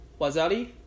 Wazali